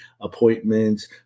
appointments